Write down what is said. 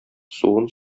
суын